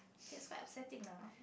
that's quite upsetting lah